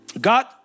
God